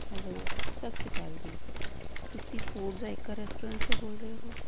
hello ਸਤਿ ਸ਼੍ਰੀ ਅਕਾਲ ਜੀ ਤੁਸੀਂ ਫੂਡਜ਼ ਆਈਕਰ ਰੈਸਟੋਰੈਂਟ ਤੋਂ ਬੋਲ ਰਹੇ ਹੋ